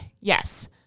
Yes